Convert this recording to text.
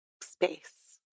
space